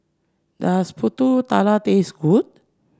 does pulut tatal taste good